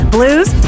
Blues